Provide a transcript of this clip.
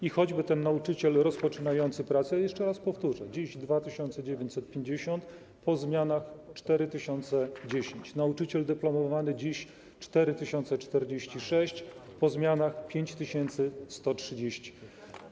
I choćby ten nauczyciel rozpoczynający pracę - jeszcze raz powtórzę - dziś 2950 zł, a po zmianach 4010 zł, nauczyciel dyplomowany - dziś 4046 zł, a po zmianach 5130 zł.